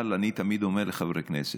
אבל אני תמיד אומר לחברי כנסת,